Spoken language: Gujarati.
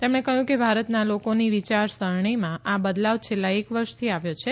તેમણે કહ્યું કે ભારતના લોકોની વિચારસરણીમાં આ બદલાવ છેલ્લા એક વર્ષથી આવ્યો છે